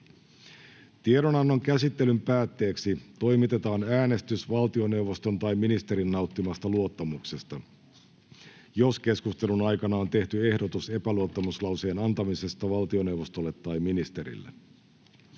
Tiedonannon käsittelyn päätteeksi toimitetaan äänestys valtioneuvoston tai ministerin nauttimasta luottamuksesta, jos keskustelun aikana on tehty ehdotus epäluottamuslauseen antamisesta valtioneuvostolle tai ministerille.